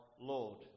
Lord